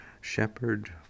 shepherd